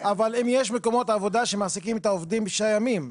אם יש מקומות עבודה שמעסיקים את העובדים בשישה ימים.